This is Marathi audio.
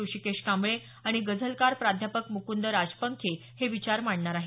ऋषिकेश कांबळे आणि गझलकार प्राध्यापक मुकुंद राजपंखे हे विचार मांडणार आहेत